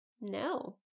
No